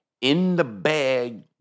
in-the-bag